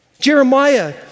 Jeremiah